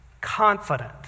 confident